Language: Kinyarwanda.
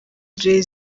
jay